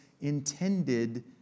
intended